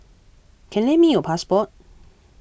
can lend me your passport